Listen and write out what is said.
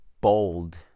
bold